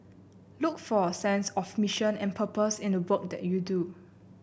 look for a sense of mission and purpose in the work that you do